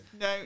no